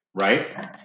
right